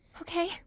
Okay